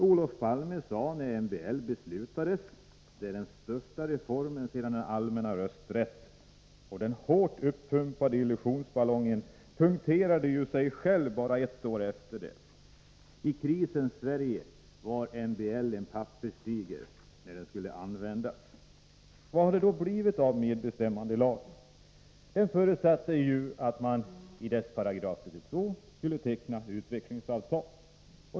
Olof Palme sade när man beslutade om MBL att det var den största reformen sedan införandet av den allmänna rösträtten. Den hårt uppumpade illusionsballongen punkterades bara ett år därefter. I krisens Sverige visade sig MBL vara en papperstiger när den skulle användas. Vad har det då blivit av medbestämmandelagen? I dess 32 § förutsattes ju att man skulle teckna utvecklingsavtal.